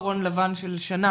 צווארון לבן של שנה,